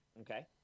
Okay